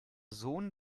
sohn